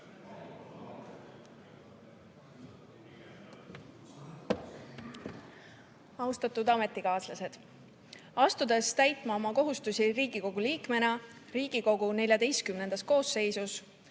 Austatud ametikaaslased! Asudes täitma oma kohustusi Riigikogu liikmena Riigikogu XIV koosseisus,